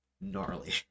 gnarly